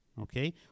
okay